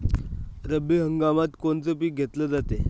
रब्बी हंगामात कोनचं पिक घेतलं जाते?